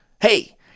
hey